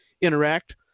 interact